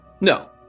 No